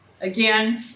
Again